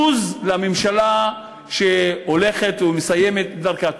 בוז לממשלה שהולכת ומסיימת את דרכה.